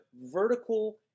vertical